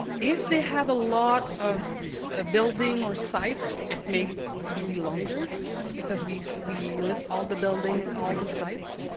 if they have a lot of ah building or sites, it may be longer because we we list all the buildings, all the sites.